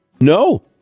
No